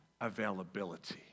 availability